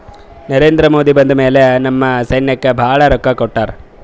ನರೇಂದ್ರ ಮೋದಿ ಬಂದ್ ಮ್ಯಾಲ ನಮ್ ಸೈನ್ಯಾಕ್ ಭಾಳ ರೊಕ್ಕಾ ಕೊಟ್ಟಾರ